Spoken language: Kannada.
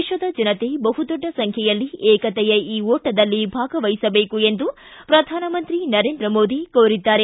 ದೇಶದ ಜನತೆ ಬಹು ದೊಡ್ಡ ಸಂಖ್ಯೆಯಲ್ಲಿ ಏಕತೆಯ ಈ ಓಟದಲ್ಲಿ ಭಾಗವಹಿಸಬೇಕು ಎಂದು ಪ್ರಧಾನಮಂತ್ರಿ ನರೇಂದ್ರ ಮೋದಿ ಕೋರಿದ್ದಾರೆ